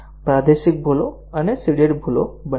પ્રાદેશિક ભૂલો અને સીડેડ ભૂલો બંને